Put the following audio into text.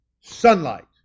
Sunlight